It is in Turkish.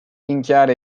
inkar